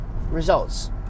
results